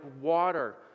water